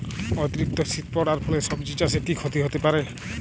অতিরিক্ত শীত পরার ফলে সবজি চাষে কি ক্ষতি হতে পারে?